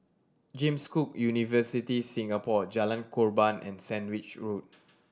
James Cook University Singapore Jalan Korban and Sandwich Road